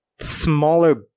smaller